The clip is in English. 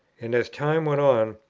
and, as time went on,